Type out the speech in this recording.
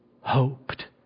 hoped